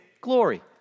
glory